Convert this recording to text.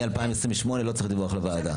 מ-2028 לא צריך דיווח לוועדה.